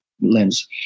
lens